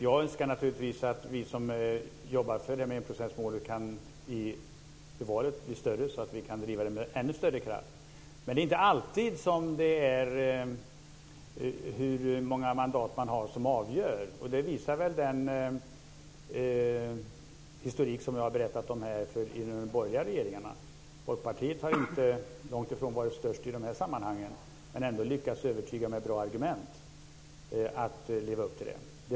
Jag önskar naturligtvis att vi som jobbar för enprocentsmålet kan bli fler efter valet så att vi kan driva målet med ännu större kraft. Det är inte alltid antalet mandat som avgör. Det visar väl den historik som jag har berättat om inom de borgerliga regeringarna. Folkpartiet har varit långtifrån störst i de sammanhangen, men har ändå med hjälp av bra argument lyckats övertyga om att leva upp till målet.